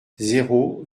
zéro